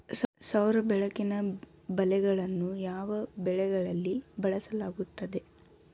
ಸೌರ ಬೆಳಕಿನ ಬಲೆಗಳನ್ನು ಯಾವ ಬೆಳೆಗಳಲ್ಲಿ ಬಳಸಲಾಗುತ್ತದೆ?